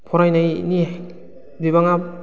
फरायनायनि बिबाङा